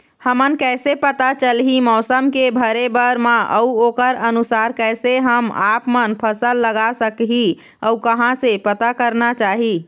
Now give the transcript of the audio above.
हमन कैसे पता चलही मौसम के भरे बर मा अउ ओकर अनुसार कैसे हम आपमन फसल लगा सकही अउ कहां से पता करना चाही?